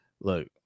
look